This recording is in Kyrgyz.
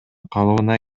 калыбына